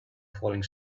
falling